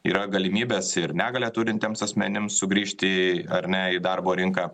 yra galimybės ir negalią turintiems asmenims sugrįžti ar ne į darbo rinką